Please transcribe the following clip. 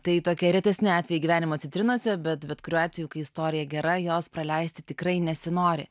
tai tokie retesni atvejai gyvenimo citrinose bet bet kuriuo atveju kai istorija gera jos praleisti tikrai nesinori